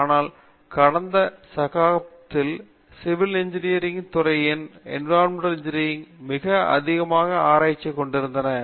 ஆனால் கடந்த சகாப்தத்தில் சிவில் இன்ஜினியரிங் துறை என்விரான்மென்டல் இன்ஜினியரிங் மிக அதிக ஆராய்ச்சியை கொண்டிருந்தது